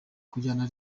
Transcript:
kujyana